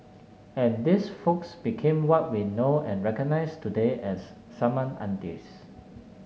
and these folks became what we know and recognise today as summon aunties